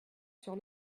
sur